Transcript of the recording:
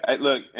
Look